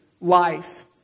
life